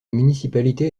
municipalité